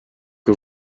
que